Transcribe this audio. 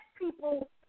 people